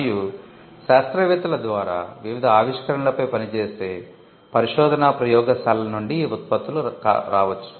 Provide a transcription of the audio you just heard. మరియు శాస్త్రవేత్తల ద్వారా వివిధ ఆవిష్కరణలపై పనిచేసే పరిశోధనా ప్రయోగశాలలు నుండి ఈ ఉత్పత్తులు కావచ్చు